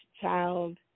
child